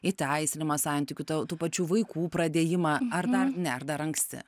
įteisinimą santykių tau tų pačių vaikų pradėjimą ar dar ne ar dar anksti